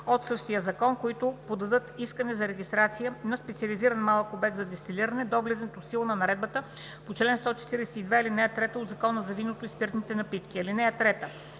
от същия закон, които подадат искане за регистрация на специализиран малък обект за дестилиране до влизането в сила на наредбата по чл. 142, ал. 3 от Закона за виното и спиртните напитки.